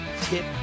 tip